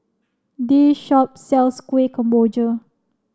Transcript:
this shop sells Kuih Kemboja